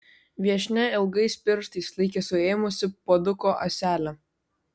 viešnia ilgais pirštais laikė suėmusi puoduko ąselę